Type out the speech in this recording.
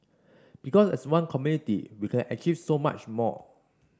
because as one community we can achieve so much more